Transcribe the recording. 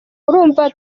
urumva